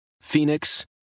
Phoenix